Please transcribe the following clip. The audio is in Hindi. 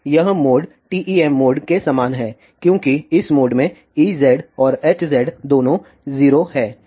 तो यह मोड TEM मोड के समान है क्योंकि इस मोड में Ez और Hz दोनों 0 हैं